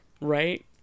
Right